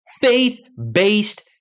Faith-based